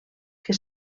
que